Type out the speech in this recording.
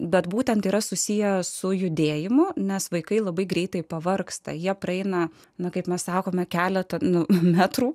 bet būtent tai yra susiję su judėjimu nes vaikai labai greitai pavargsta jie praeina na kaip mes sakome keletą metrų